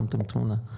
שמתם תמונה.